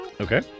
Okay